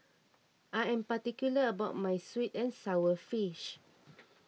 I am particular about my Sweet and Sour Fish